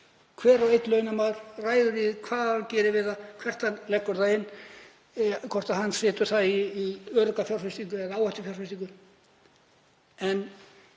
hver og einn launamaður ræður hvað hann gerir við hann, hvert hann leggur það inn, hvort hann setur það í örugga fjárfestingu eða áhættufjárfestingu. En